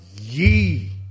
ye